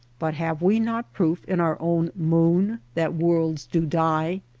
but have we not proof in our own moon that worlds do die?